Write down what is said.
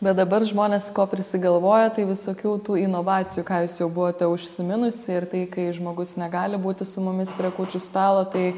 bet dabar žmonės ko prisigalvoja tai visokių tų inovacijų ką jūs jau buvote užsiminusi ir tai kai žmogus negali būti su mumis prie kūčių stalo tai